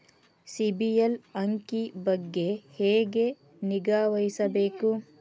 ಸಿಬಿಲ್ ಅಂಕಿ ಬಗ್ಗೆ ಹೆಂಗ್ ನಿಗಾವಹಿಸಬೇಕು?